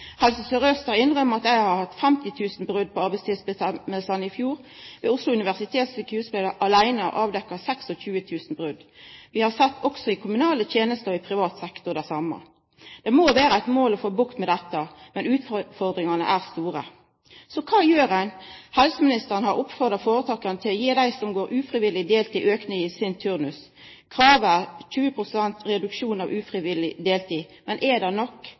Helse Sør-Øst har innrømt at dei i fjor hadde 50 000 brot på føresegnene om arbeidstid. Berre ved Oslo universitetssykehus blei det avdekt 26 000 brot. Vi har også sett det same i kommunale tenester og i privat sektor. Det må vera eit mål å få bukt med dette, men utfordringane er store. Så kva gjer ein? Helseministeren har oppfordra føretaka til å gje dei som går ufrivillig deltid, ein auke i sin turnus. Kravet er 20 pst. reduksjon av ufrivillig deltid, men er det nok?